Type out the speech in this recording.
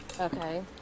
Okay